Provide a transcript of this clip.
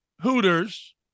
Hooters